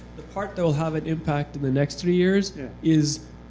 the part that will have an impact in the next three years is